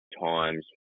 times